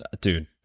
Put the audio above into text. dude